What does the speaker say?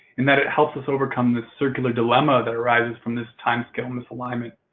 in that it helps us overcome this circular dilemma that arises from this time scale misalignment.